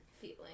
feeling